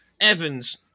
Evans